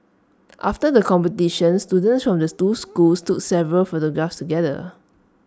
after the competition students from the two schools took several photographs together